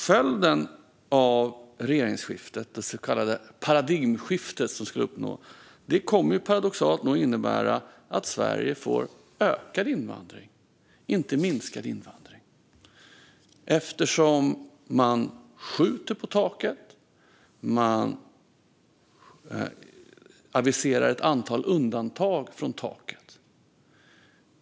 Följden av regeringsskiftet, det så kallade paradigmskiftet som skulle uppnås, kommer paradoxalt nog att innebära att Sverige får ökad invandring, inte minskad invandring, eftersom man skjuter på taket och aviserar ett antal undantag från taket.